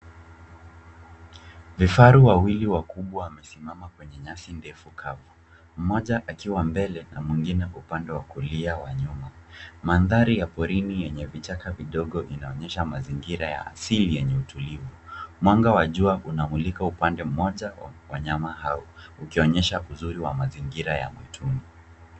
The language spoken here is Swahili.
Vifaru wawili wakubwa wamesimama kwenye nyasi ndefu kavu. Mmoja akiwa mbele na mwingine upande wa kulia nyuma. Mandhari ya porini yenye vichaka vidogo inaonyesha mazingira ya asili yenye utulivu. Mwanga wa jua unamulika upande mmoja wa wanyama hao ukionyesha uzuri wa mazingira ya mwituni.